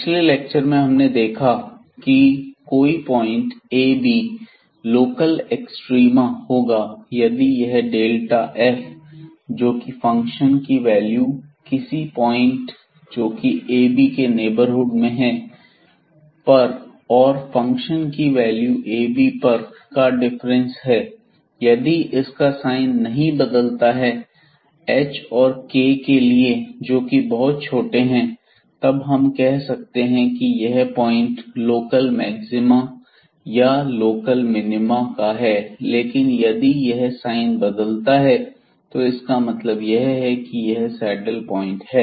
पिछले लेक्चर में हमने यह देखा की कोई पॉइंट ab लोकल एक्सट्रीमा होगा यदि यह डेल्टा f जोकि फंक्शन की वैल्यू किसी पॉइंट जोकि ab के नेबरहुड में हैं पर और फंक्शन की वैल्यू ab पर का डिफरेंस है यदि इसका साइन नहीं बदलता है h और k के लिए जोकि बहुत छोटे हैं तब हम कह सकते हैं कि यह पॉइंट लोकल मैक्सिमा या लोकल मिनिमा का है लेकिन यदि यह साइन बदलता है तो इसका मतलब यह है कि यह सैडल पॉइंट है